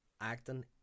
acting